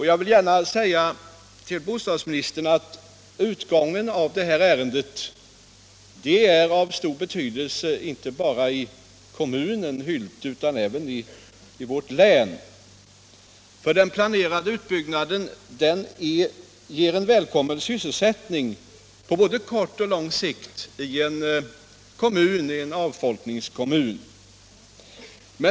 Jag vill gärna säga till bostadsministern att utgången av det här ärendet är av stor betydelse inte bara i kommunen Hylte utan även i länet. Den planerade utbyggnaden ger välkommen sysselsättning på både kort och lång sikt i en avfolkningskommun.